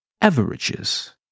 averages